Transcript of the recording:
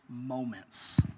moments